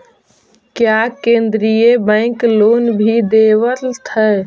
क्या केन्द्रीय bank loan भी देवत हैं